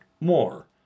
more